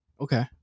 Okay